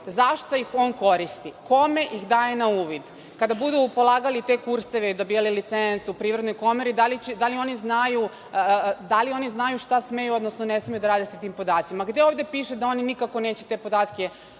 Za šta ih on koristi? Kome ih daje na uvid? Kada budu polagali te kurseve, dobijali licencu Privredne komore, da li oni znaju šta smeju, odnosno ne smeju da rade sa tim podacima? Gde ovde piše da oni nikako neće te podatke